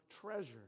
treasure